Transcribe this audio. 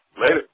Later